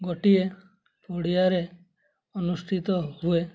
ଗୋଟିଏ ପଡ଼ିଆରେ ଅନୁଷ୍ଠିତ ହୁଏ